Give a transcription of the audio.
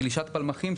גלישת פלמחים,